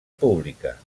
pública